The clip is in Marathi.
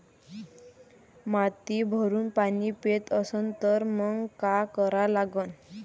माती भरपूर पाणी पेत असन तर मंग काय करा लागन?